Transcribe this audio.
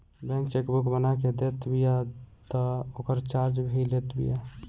bank chequebook बना के देत बिया तअ ओकर चार्ज भी लेत बिया